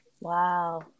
wow